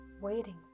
waiting